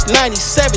97